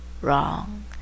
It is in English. wrong